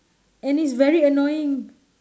and is very annoying